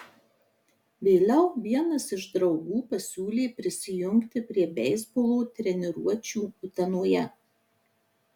vėliau vienas iš draugų pasiūlė prisijungti prie beisbolo treniruočių utenoje